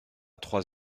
trois